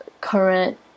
current